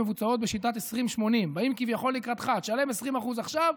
מבוצעות בשיטת 20/80. באים כביכול לקראתך: שלם 20% עכשיו,